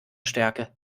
stärke